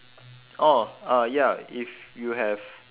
orh uh ya if you have